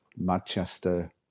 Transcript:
Manchester